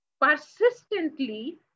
persistently